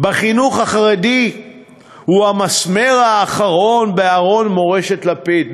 בחינוך החרדי הוא המסמר האחרון בארון מורשת לפיד.